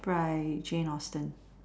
by Jane-Austen